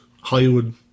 Hollywood